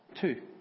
Two